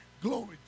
Glory